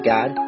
God